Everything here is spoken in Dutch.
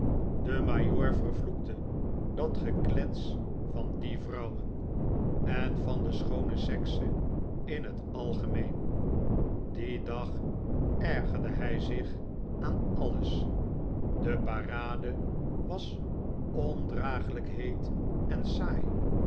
de majoor vervloekte dat geklets van die vrouwen en van de schoone sekse in het algemeen dien dag ergerde hij zich aan alles de parade was ondragelijk heet en saai